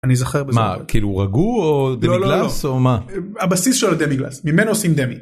אני זוכר מה כאילו רגו או דמי גלס או מה? לא לא הבסיס שלו דמי גלס ממנו עושים דמי.